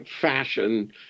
fashion